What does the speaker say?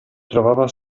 trovava